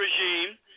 regime